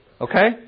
Okay